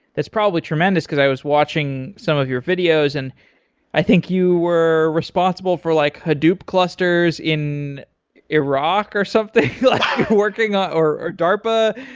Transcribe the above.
it's probably tremendous, because i was watching some of your videos and i think you were responsible for like hadoop clusters in iraq or something working, or or darpa.